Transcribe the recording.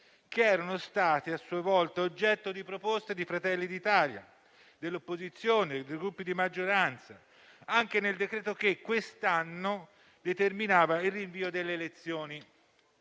che erano state oggetto, a sua volta, di proposta di Fratelli d'Italia, dell'opposizione e dei Gruppi di maggioranza anche nel decreto che quest'anno determinava il rinvio delle elezioni.